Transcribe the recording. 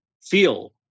feel